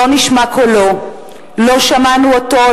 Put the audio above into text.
לא נשמע קולו לא שמענו אותו,